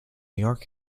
york